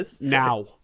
now